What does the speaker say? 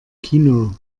kino